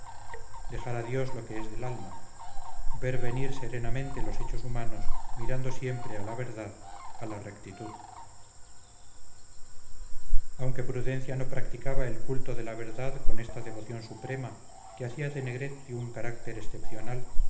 dejar a dios lo que es del alma ver venir serenamente los hechos humanos mirando siempre a la verdad a la rectitud aunque prudencia no practicaba el culto de la verdad con esta devoción suprema que hacía de negretti un carácter excepcional